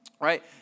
right